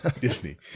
Disney